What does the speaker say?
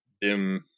dim